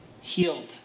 healed